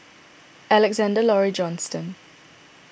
Alexander Laurie Johnston